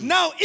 Now